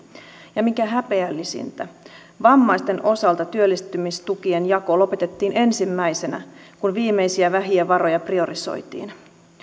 ja mikä häpeällisintä vammaisten osalta työllistymistukien jako lopetettiin ensimmäisenä kun viimeisiä vähiä varoja priorisoitiin